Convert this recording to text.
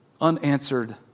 unanswered